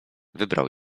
wybrał